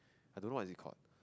I don't know what is it called